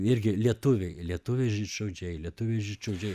irgi lietuviai lietuviai žydšaudžiai lietuviai žydšaudžiai